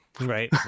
Right